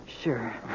Sure